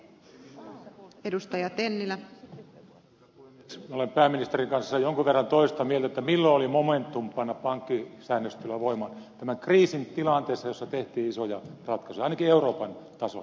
minä olen pääministerin kanssa jonkun verran toista mieltä siitä milloin oli momentum panna pankkisäännöstelyä voimaan tämän kriisin tilanteessa jossa tehtiin isoja ratkaisuja ainakin euroopan tasolla